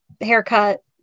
haircut